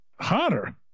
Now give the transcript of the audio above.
Hotter